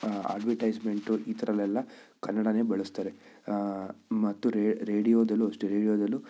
advertisement ಈ ಥರದಲ್ಲೆಲ್ಲ ಕನ್ನಡವೇ ಬಳಸ್ತಾರೆ ಮತ್ತು ರೇಡಿಯೋದಲ್ಲೂ ಅಷ್ಟೇ ರೇಡಿಯೋದಲ್ಲೂ